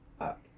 up